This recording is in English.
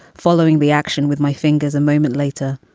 following the action with my fingers a moment later.